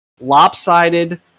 lopsided